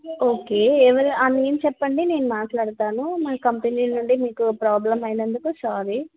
okay ఎవరు ఆ name చెప్పండి నేను మాట్లాడతాను మీ కంపెనీ నుండి మీకు ప్రాబ్లం అయినందుకు సారీ